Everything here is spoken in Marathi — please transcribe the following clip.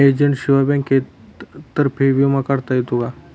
एजंटशिवाय बँकेतर्फे विमा काढता येतो का?